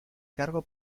cargo